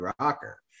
rocker